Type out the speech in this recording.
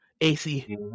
AC